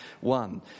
one